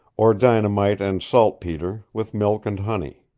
or dynamite and saltpeter with milk and honey.